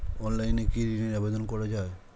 অনলাইনে কি ঋনের আবেদন করা যায়?